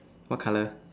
what color